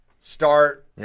start